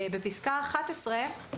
בפסקה (11),